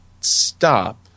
stop